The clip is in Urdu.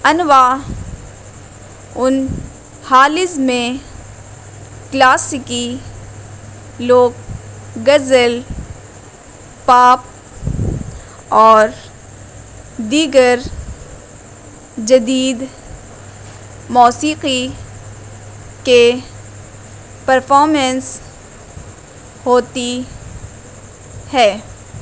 انواع ان ہالز میں کلاسکی لوک غزل پاپ اور دیگر جدید موسیقی کے پرفارمنس ہوتی ہے